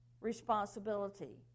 responsibility